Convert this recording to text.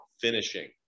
finishing